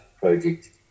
project